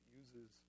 uses